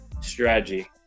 strategy